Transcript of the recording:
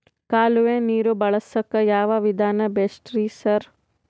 ಕಾಲುವೆ ನೀರು ಬಳಸಕ್ಕ್ ಯಾವ್ ವಿಧಾನ ಬೆಸ್ಟ್ ರಿ ಸರ್?